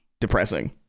depressing